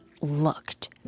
looked